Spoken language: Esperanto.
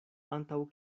antaŭ